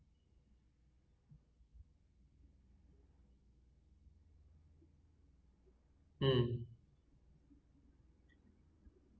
mm